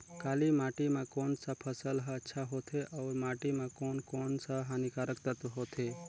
काली माटी मां कोन सा फसल ह अच्छा होथे अउर माटी म कोन कोन स हानिकारक तत्व होथे?